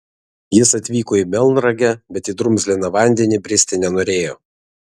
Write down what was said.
jis atvyko į melnragę bet į drumzliną vandenį bristi nenorėjo